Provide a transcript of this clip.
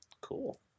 Cool